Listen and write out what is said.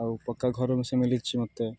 ଆଉ ପକ୍କା ଘର ବି ସେ ମିିଳିଛି ମୋତେ